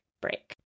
break